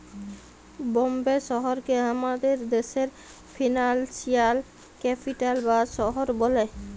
বম্বে শহরকে আমাদের দ্যাশের ফিল্যালসিয়াল ক্যাপিটাল বা শহর ব্যলে